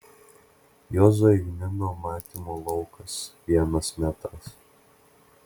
juozo eigmino matymo laukas vienas metras